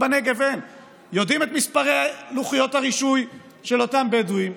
יודעים את מספרי לוחיות הרישוי של אותם בדואים,